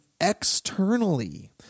externally